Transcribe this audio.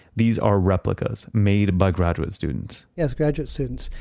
these are replicas made by graduate students yes, graduate students.